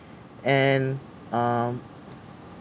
and um